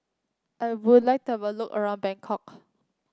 I would like to have a look around Bangkok